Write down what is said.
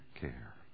care